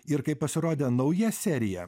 ir kai pasirodė nauja serija